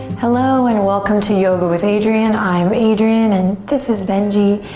hello and welcome to yoga with adriene. i'm adriene and this is benji.